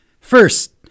First